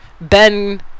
Ben